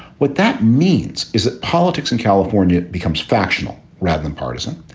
what that means is that politics in california becomes factional rather than partisan.